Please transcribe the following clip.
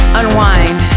unwind